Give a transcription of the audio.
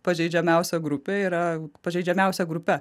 pažeidžiamiausia grupė yra pažeidžiamiausia grupe